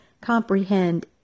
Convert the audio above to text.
comprehend